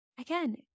Again